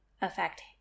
affect